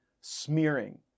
smearing